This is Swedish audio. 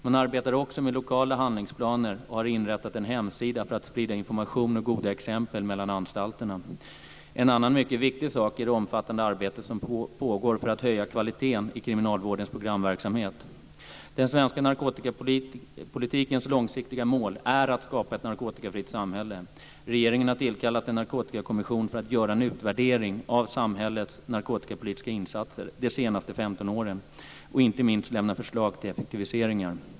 Man arbetar också med lokala handlingsplaner och har inrättat en hemsida för att sprida information och goda exempel mellan anstalterna. En annan mycket viktig sak är det omfattande arbete som pågår för att höja kvaliteten i kriminalvårdens programverksamhet. Den svenska narkotikapolitikens långsiktiga mål är att skapa ett narkotikafritt samhälle. Regeringen har tillkallat en narkotikakommission för att göra en utvärdering av samhällets narkotikapolitiska insatser de senaste 15 åren och inte minst lämna förslag till effektiviseringar.